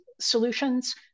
solutions